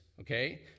okay